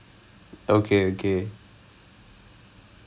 and is like and then seeing where's gonna go